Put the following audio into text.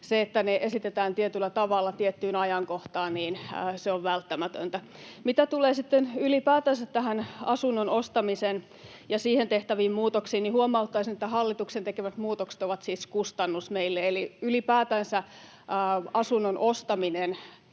se, että ne esitetään tietyllä tavalla tiettyyn ajankohtaan, on välttämätöntä. Mitä tulee sitten ylipäätänsä tähän asunnon ostamiseen ja siihen tehtäviin muutoksiin, niin huomauttaisin, että hallituksen tekemät muutokset ovat siis kustannus meille, eli ylipäätänsä asunnon ostaminen